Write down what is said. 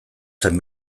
zen